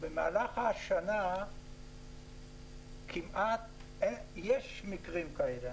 במהלך השנה יש מעט מקרים כאלה.